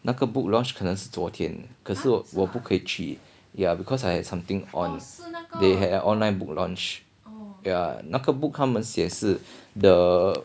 那个 book launch 可能是昨天可是我不可以去 ya because I had something on they had an online book launch yeah 那个 book 他们写是 the